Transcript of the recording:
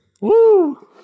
Woo